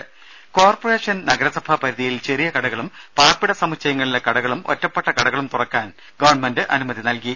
രുമ കോർപ്പറേഷൻ നഗരസഭ പരിധിയിൽ ചെറിയ കടകളും പാർപ്പിട സമുച്ചയങ്ങളിലെ കടകളും ഒറ്റപ്പെട്ട കടകളും തുറക്കാൻ ഗവൺമെന്റ് അനുമതി നൽകി